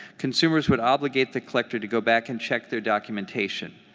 consumers would obligate the collector to go back and check their documentation.